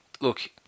Look